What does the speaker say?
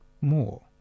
more